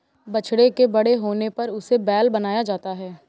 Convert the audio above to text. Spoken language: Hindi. बछड़े के बड़े होने पर उसे बैल बनाया जाता है